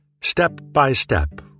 Step-by-step